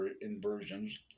inversions